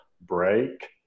Break